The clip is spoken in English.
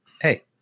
Hey